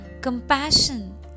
compassion